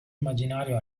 immaginario